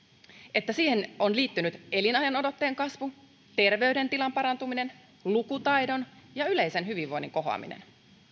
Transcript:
että siihen on liittynyt elinajanodotteen kasvu terveydentilan parantuminen sekä lukutaidon ja yleisen hyvinvoinnin kohoaminen